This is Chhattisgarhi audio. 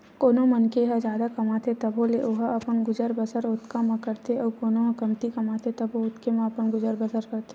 कोनो मनखे ह जादा कमाथे तभो ले ओहा अपन गुजर बसर ओतका म करथे अउ कोनो ह कमती कमाथे तभो ओतके म अपन गुजर बसर करथे